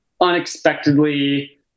unexpectedly